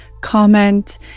comment